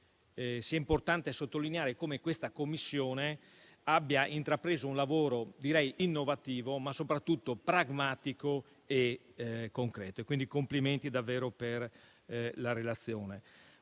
importante sottolineare come questa Commissione abbia intrapreso un lavoro innovativo, ma soprattutto pragmatico e concreto. Complimenti davvero per la relazione.